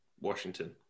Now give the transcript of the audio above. Washington